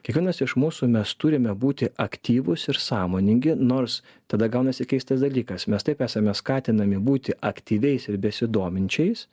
kiekvienas iš mūsų mes turime būti aktyvūs ir sąmoningi nors tada gaunasi keistas dalykas mes taip esame skatinami būti aktyviais besidominčiais